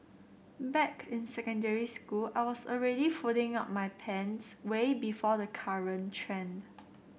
back in secondary school I was already folding up my pants way before the current trend